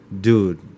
Dude